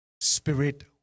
Spirit